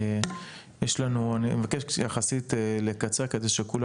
אני מבקש יחסית לקצר כדי שנוכל